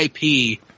IP